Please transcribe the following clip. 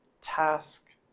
task